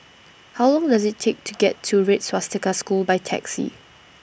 How Long Does IT Take to get to Red Swastika School By Taxi